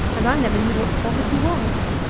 and i never knew what poverty was.